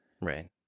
Right